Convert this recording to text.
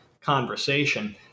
conversation